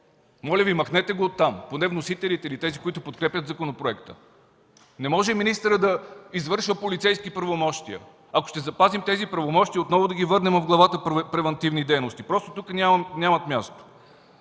Моля Ви, махнете го от там, поне вносителите или тези, които подкрепят законопроекта. Не може министърът да извършва полицейски правомощия. Ако ще запазим тези правомощия, отново да ги върнем в Главата „Превантивни дейности”. Просто тук те нямат място.